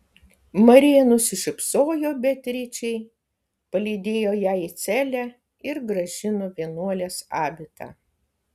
marija nusišypsojo beatričei palydėjo ją į celę ir grąžino vienuolės abitą